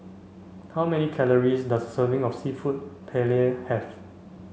how many calories does a serving of Seafood Paella have